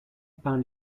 peint